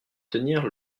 tenir